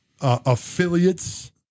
affiliates